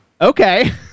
Okay